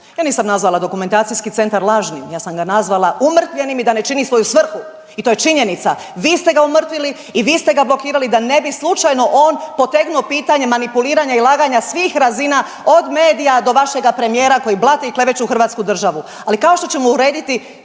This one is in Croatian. Ja nisam nazvala dokumentacijski centar lažnim, ja sam ga nazvala umrtvljenim i da ne čini svoju svrhu. I to je činjenica. Vi ste ga umrtvili i vi ste ga blokirali da ne bi slučajno on potegnuo pitanje manipuliranja i laganja svih razina od medija do vašega premijera koji blate i kleveću hrvatsku državu, ali kao što ćemo urediti